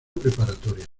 preparatoria